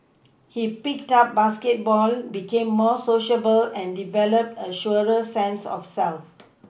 he picked up basketball became more sociable and developed a surer sense of self